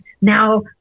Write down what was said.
now